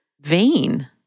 vain